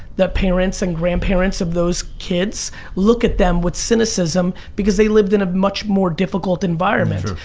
the parents and grandparents of those kids look at them with cynicism because they lived in a much more difficult environment.